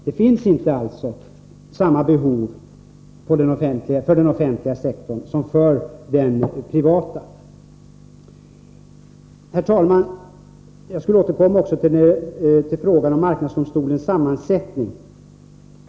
Det finns inte samma behov av lagstiftning för den offentliga sektorn som för den privata. Herr talman! Jag skulle återkomma också till frågan om marknadsdomstolens sammansättning.